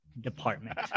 department